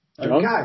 Okay